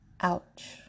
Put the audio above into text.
Ouch